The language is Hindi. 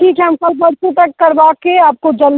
ठीक है हम कल परसों तक करवा के आपको जल्द